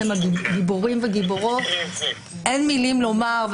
אתם גיבורים וגיבורות אין מילים לומר.